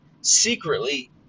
secretly